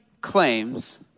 claims